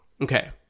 Okay